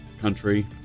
country